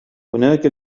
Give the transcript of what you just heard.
هناك